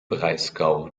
breisgau